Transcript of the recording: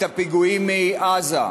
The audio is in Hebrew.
את הפיגועים מעזה.